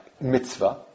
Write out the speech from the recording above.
Mitzvah